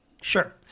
Sure